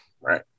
Right